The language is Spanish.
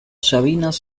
sabinas